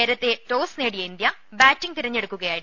നേരത്തെ ടോസ് നേടിയ ഇന്ത്യ ബാറ്റിംഗ് തെരഞ്ഞെടുക്കുകയായിരുന്നു